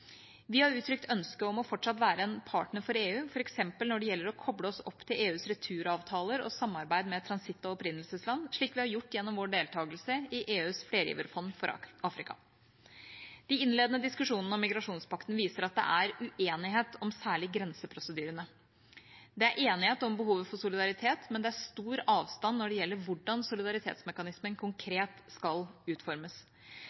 Vi har uttrykt ønske om fortsatt å være en partner for EU, f.eks. når det gjelder å koble oss opp til EUs returavtaler og samarbeid med transitt- og opprinnelsesland, slik vi har gjort gjennom vår deltakelse i EUs flergiverfond for Afrika. De innledende diskusjonene om migrasjonspakten viser at det er uenighet om særlig grenseprosedyrene. Det er enighet om behovet for solidaritet, men det er stor avstand når det gjelder hvordan solidaritetsmekanismen